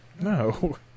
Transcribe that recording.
No